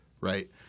right